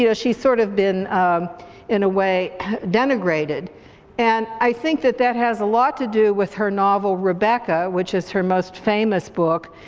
you know she's sort of been in a way denigrated and i think that that has a lot to do with her novel rebecca which is her most famous book.